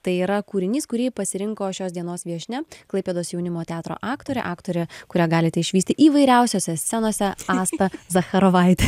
tai yra kūrinys kurį pasirinko šios dienos viešnia klaipėdos jaunimo teatro aktorė aktorė kurią galite išvysti įvairiausiose scenose asta zacharovaitė